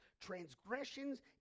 transgressions